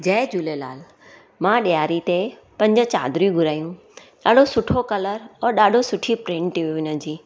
जय झूलेलाल मां ॾिआरी ते पंज चादरियूं घुरायूं ॾाढो सुठो कलर और ॾाढी सुठी प्रिंट हुई उनजी